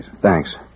Thanks